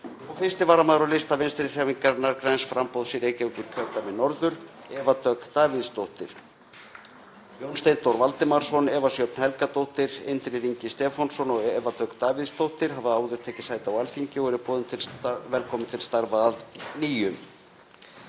og 1. varamaður á lista Vinstrihreyfingarinnar – græns framboðs í Reykjavíkurkjördæmi norður, Eva Dögg Davíðsdóttir. Jón Steindór Valdimarsson, Eva Sjöfn Helgadóttir, Indriði Ingi Stefánsson og Eva Dögg Davíðsdóttir hafa áður tekið sæti á Alþingi og er boðin velkomin til starfa að nýju.